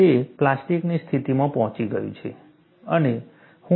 તે પ્લાસ્ટિકની સ્થિતિમાં પહોંચી ગયું છે અને હું અનલોડ કરું છું